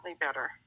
better